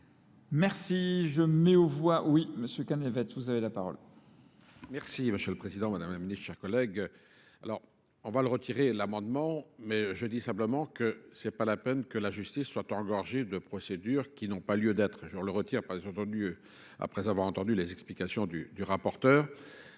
Merci, je mets au voie, oui, M. Canlevet, vous avez la parole. Merci, Merci, monsieur le Président, madame la Ministre, chers collègues. Alors, on va le retirer, l'amendement, mais je dis simplement que ce n'est pas la peine que la justice soit engorgée de procédures qui n'ont pas lieu d'être. Je le retire après avoir entendu les explications du rapporteur.